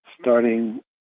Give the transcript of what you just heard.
starting